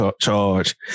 charge